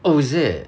oh is it